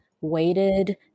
waited